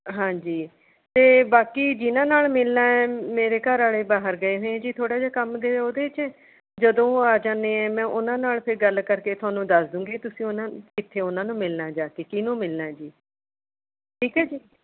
ਹਾਂਜੀ ਅਤੇ ਬਾਕੀ ਜਿਹਨਾਂ ਨਾਲ਼ ਮਿਲਣਾ ਹੈ ਮੇਰੇ ਘਰ ਵਾਲੇ ਬਾਹਰ ਗਏ ਨੇ ਜੀ ਥੋੜ੍ਹਾ ਜਿਹਾ ਕੰਮ ਗਏ ਉਹਦੇ 'ਚ ਜਦੋਂ ਆ ਜਾਂਦੇ ਮੈਂ ਉਹਨਾਂ ਨਾਲ਼ ਮੈਂ ਫਿਰ ਗੱਲ਼ ਕਰਕੇ ਤੁਹਾਨੂੰ ਦੱਸ ਦੂਂਗੀ ਤੁਸੀਂ ਉਹਨਾ ਕਿੱਥੇ ਉਹਨਾਂ ਨੂੰ ਮਿਲਣਾ ਜਾ ਕੇ ਕਿਹਨੂੂੰ ਮਿਲਣਾ ਜੀ ਠੀਕ ਹੈ ਜੀ